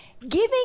giving